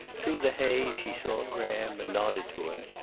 through the haze she saw graham, and nodded to him,